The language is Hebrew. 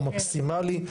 הוא מקסימלי,